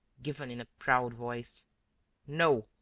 given in a proud voice no,